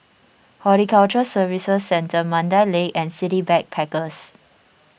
Horticulture Services Centre Mandai Lake and City Backpackers